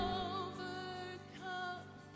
overcome